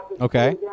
Okay